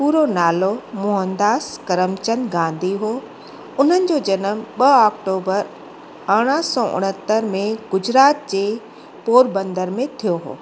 पूरो नालो मोहनदास करमचंद गांधी हो उन्हनि जो जनमु ॿ अक्टूबर अरड़हां सौ उणहतरि में गुजरात जे पोरबंदर में थियो हो